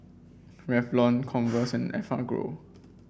Revlon Converse and Enfagrow